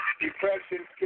depression